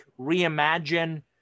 reimagine